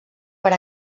per